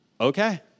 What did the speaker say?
Okay